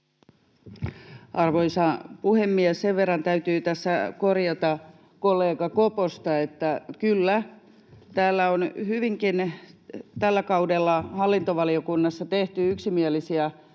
Arvoisa puhemies! Sen verran täytyy tässä korjata kollega Koposta, että kyllä, täällä on hyvinkin tällä kaudella hallintovaliokunnassa tehty yksimielisiä